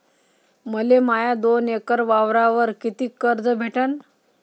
मले माया दोन एकर वावरावर कितीक कर्ज भेटन?